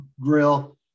grill